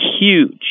huge